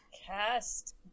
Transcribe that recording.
cast